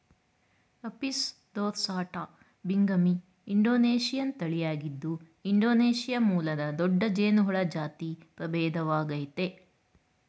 Apis ದೊರ್ಸಾಟಾ ಬಿಂಗಮಿ Indonesian ತಳಿಯಾಗಿದ್ದು ಇಂಡೊನೇಶಿಯಾ ಮೂಲದ ದೊಡ್ಡ ಜೇನುಹುಳ ಜಾತಿ ಪ್ರಭೇದವಾಗಯ್ತೆ